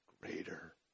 greater